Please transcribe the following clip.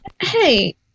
Hey